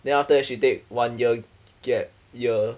then after that she take one year gap year